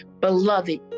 beloved